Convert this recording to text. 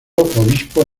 obispo